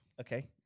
Okay